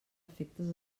efectes